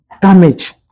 damage